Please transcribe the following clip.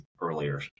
earlier